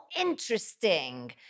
interesting